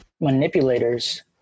manipulators